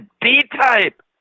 D-Type